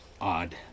odd